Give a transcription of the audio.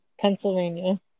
Pennsylvania